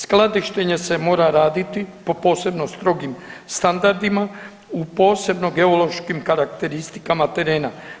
Skladištenje se mora raditi po posebno strogim standardima u posebno geološkim karakteristikama terena.